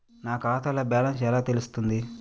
నా ఖాతాలో బ్యాలెన్స్ ఎలా తెలుస్తుంది?